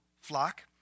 flock